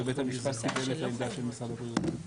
ובית המשפט קיבל את העמדה של משרד הבריאות.